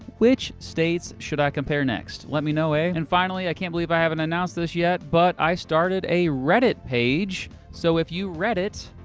which states should i compare next? let me know, ah? and finally, i can't believe i haven't announced this yet, but i started a reddit page. so if you reddit,